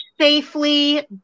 safely